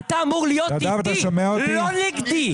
אתה אמור להיות איתי, לא נגדי.